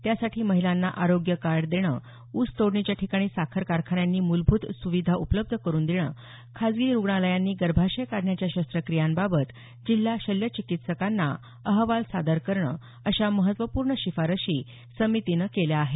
त्यासाठी महिलांना आरोग्य कार्ड देणं ऊस तोडणीच्या ठिकाणी साखर कारखान्यांनी मुलभूत सुविधा उपलब्ध करून देणं खासगी खरुग्णालयांनी गर्भाशय काढण्याच्या शस्त्रक्रियांबाबत जिल्हा शल्यचिकीत्सकांना अहवाल सादर करणं अशा महत्वपूर्ण शिफारशी समितीनं केल्या आहेत